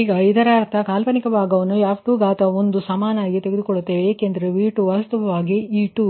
ಈಗ ಇದರರ್ಥ ಕಾಲ್ಪನಿಕ ಭಾಗವನ್ನು f21 ಗೆ ಸಮಾನವಾಗಿ ತೆಗೆದುಕೊಳ್ಳುತ್ತೇವೆ ಏಕೆಂದರೆ V2 ವಾಸ್ತವವಾಗಿ e2